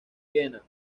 viena